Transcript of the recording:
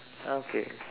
okay